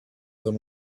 than